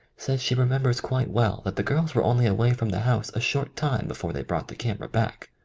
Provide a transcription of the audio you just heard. says she remembers quite well that the girls were only away from the house a short time before they brought the camera back.